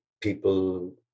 people